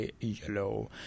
yellow